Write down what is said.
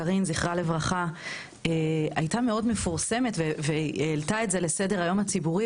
קארין זכרה לברכה הייתה מאוד מפורסמת והעלתה את זה לסדר-היום הציבורי,